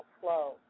flow